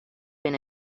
been